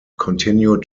continued